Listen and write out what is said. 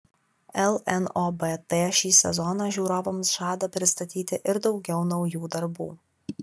lnobt šį sezoną žiūrovams žada pristatyti ir daugiau naujų darbų